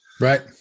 Right